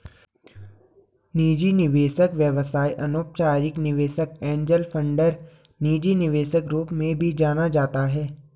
निजी निवेशक व्यवसाय अनौपचारिक निवेशक एंजेल फंडर निजी निवेशक रूप में भी जाना जाता है